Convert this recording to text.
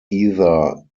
either